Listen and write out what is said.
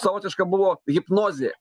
savotiška buvo hipnozė